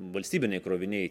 valstybiniai kroviniai